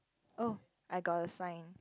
oh I got a sign